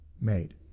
made